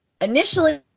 initially